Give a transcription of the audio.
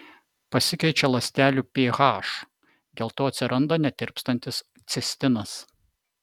pasikeičia ląstelių ph dėl to atsiranda netirpstantis cistinas